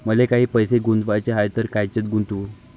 मले काही पैसे गुंतवाचे हाय तर कायच्यात गुंतवू?